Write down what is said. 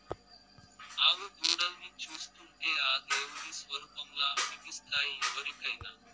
ఆవు దూడల్ని చూస్తుంటే ఆ దేవుని స్వరుపంలా అనిపిస్తాయి ఎవరికైనా